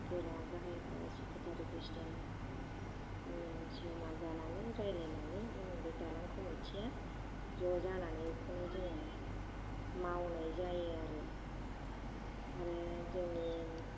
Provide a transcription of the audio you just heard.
गोरा गाहाइ secretary president इदिनो जमा जानानै रायज्लायनानै जोङो बे दालां कमिटिया ज' जानानै इखोनो जों मावनाय जायो आरो आरो जोंनि